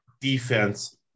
defense